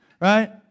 right